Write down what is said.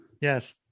Yes